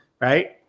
right